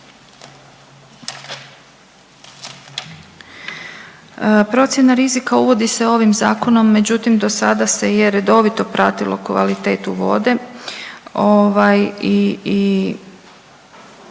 Procjena rizika uvodi se ovim zakonom, međutim dosada se je redovito pratilo kvalitetu vode,